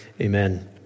Amen